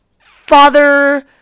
father